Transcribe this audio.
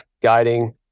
guiding